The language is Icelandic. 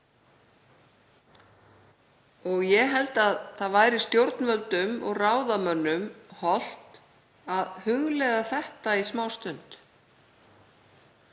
Ég held að það væri stjórnvöldum og ráðamönnum hollt að hugleiða þetta í smástund,